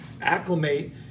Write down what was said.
acclimate